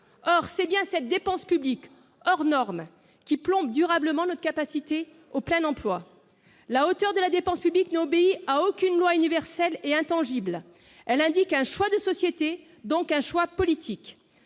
pourtant bien cette dépense publique hors norme qui plombe durablement notre capacité à revenir au plein-emploi. La hauteur de la dépense publique n'obéit à aucune loi universelle et intangible. Elle indique un choix de société, donc un choix politique.